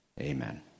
Amen